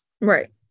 Right